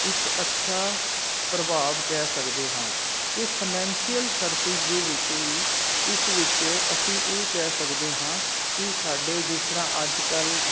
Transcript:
ਇੱਕ ਅੱਛਾ ਪ੍ਰਭਾਵ ਕਹਿ ਸਕਦੇ ਹਾਂ ਅਤੇ ਫਾਨੈਂਸ਼ੀਅਲ ਸਰਵਿਸ ਦੇ ਵਿੱਚ ਵੀ ਇਸ ਵਿੱਚ ਅਸੀਂ ਇਹ ਕਹਿ ਸਕਦੇ ਹਾਂ ਕਿ ਸਾਡੇ ਜਿਸ ਤਰ੍ਹਾਂ ਅੱਜ ਕੱਲ੍ਹ